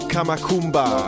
Kamakumba